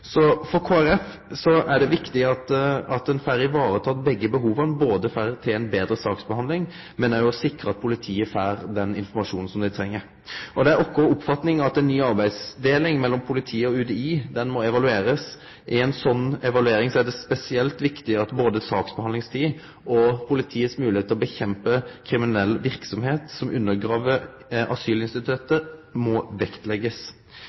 Så me deler ikkje den same bekymringa, men eg er glad for representanten Bøhler sitt innlegg og hans imøtekomande haldning. For Kristeleg Folkeparti er det viktig at ein får teke vare på begge behova – både for å få til ei betre saksbehandling og for å sikre at politiet får den informasjonen som dei treng. Det er òg vår oppfatning at ei ny arbeidsdeling mellom politiet og UDI må evaluerast. I ei slik evaluering er det spesielt viktig at både saksbehandlingstid og politiets